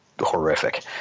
horrific